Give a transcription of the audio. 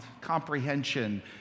comprehension